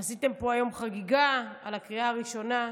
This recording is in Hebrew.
עשיתם פה היום חגיגה על הקריאה הראשונה,